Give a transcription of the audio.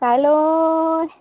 কাইলৈ